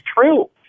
true